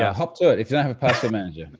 ah hop to it if you don't have a password manager.